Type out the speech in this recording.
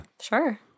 Sure